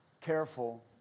careful